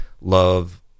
love